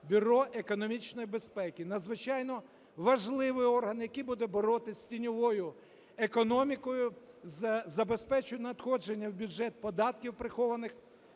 Бюро економічної безпеки. Надзвичайно важливий орган, який буде боротись з тіньовою економікою, забезпечувати надходження в бюджет податків прихованих.